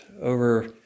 over